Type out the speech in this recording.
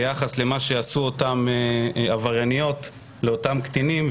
ביחס למה שעשו אותן עברייניות לאותם קטינים,